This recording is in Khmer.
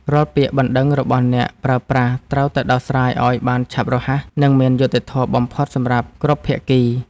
រាល់ពាក្យបណ្ដឹងរបស់អ្នកប្រើប្រាស់ត្រូវតែដោះស្រាយឱ្យបានឆាប់រហ័ស និងមានយុត្តិធម៌បំផុតសម្រាប់គ្រប់ភាគី។